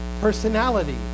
personality